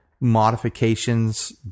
modifications